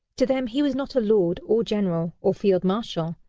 to them he was not a lord, or general, or field marshal,